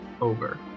over